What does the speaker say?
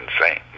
insane